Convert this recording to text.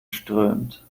strömt